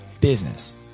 business